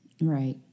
right